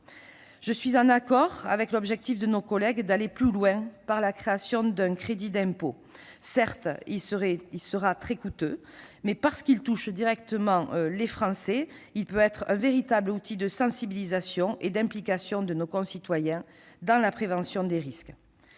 Je suis d'accord avec l'objectif de nos collègues qui vise à aller plus loin avec la création d'un crédit d'impôt. Certes, il sera très coûteux, mais parce qu'il touche directement les Français, il peut être un véritable outil de sensibilisation et d'implication de nos concitoyens dans la prévention des risques.